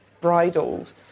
bridled